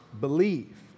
believe